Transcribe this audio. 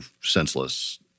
senseless